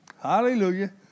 Hallelujah